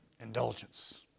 indulgence